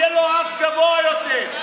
יהיה לו רף גבוה יותר.